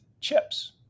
chips